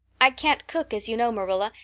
i can't cook, as you know, marilla,